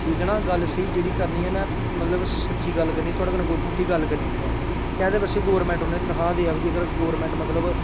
ठीक ऐ ना गल्ल स्हेई जेह्ड़ी करनी ऐ में मतलब सच्ची गल्ल करनी थोआढ़े कन्नै कोई झूठी गल्ल करनी निं ऐ कैह्दै बास्तै गौरमैंट उ'नें तनखाह् देआ दी ऐ अगर गौरमैंट मतलब